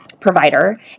provider